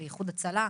לאיחוד הצלה.